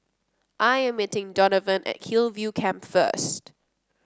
I'm meeting Donavan at Hillview Camp first